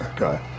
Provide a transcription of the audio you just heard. okay